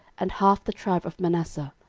and half the tribe of manasseh,